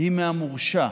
היא מהמורשע,